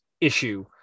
issue